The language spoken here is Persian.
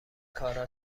کارا